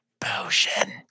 potion